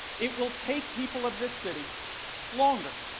it will take people of this city longer